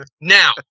Now